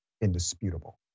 indisputable